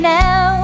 now